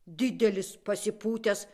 didelis pasipūtęs